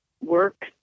work